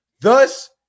Thus